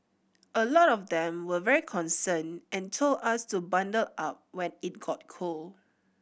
a lot of them were very concerned and told us to bundle up when it got cold